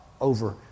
over